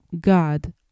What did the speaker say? God